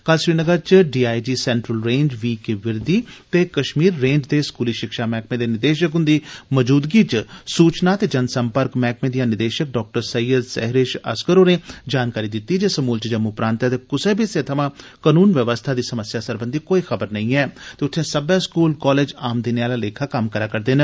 कल श्रीनगर च D I G central range V K Birdi ते कश्मीर रेंज दे स्कूली शिक्षा मैहकमे दे निदेशक ह्न्दी मजूदगी च सूचना ते जन सम्पर्क मैहकमे दियां निदेशक डाक्टर सैयद सेहरिश असगर होरें जानकारी दिती जे समूलचे जम्मू प्रांतै दे क्सै बी हिस्से थमां कनून व्यवस्था दी समस्या सरबंधी कोई खबर नेई ऐ ते उत्थे सब्बै स्कूल कालेज आम दिनें आला लेखा कम्म करै करदे न